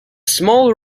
small